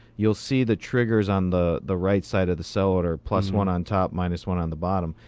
you'll see the triggers on the the right side of the sell order, plus one on top, minus one on the bottom.